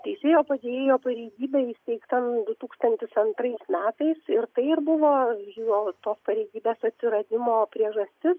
teisėjo padėjėjo pareigybė įsteigta nuo du tūkstantis antrais metais ir tai ir buvo tos pareigybės atsiradimo priežastis